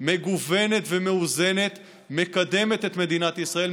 מגוונת ומאוזנת מקדמת את מדינת ישראל,